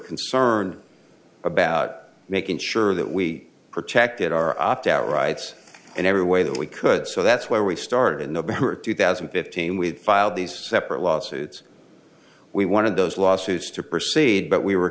concerned about making sure that we protected our opt out rights in every way that we could so that's where we started in the better two thousand and fifteen we had filed these separate lawsuits we wanted those lawsuits to proceed but we were